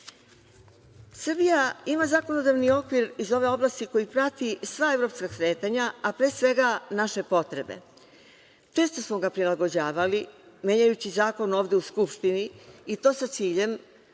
lično. Srbija ima zakonodavni okvir iz ove oblasti koji prati sva evropska kretanja, a pre svega naše potrebe. Često smo ga prilagođavali, menjajući zakon ovde u Skupštini, i to sa ciljem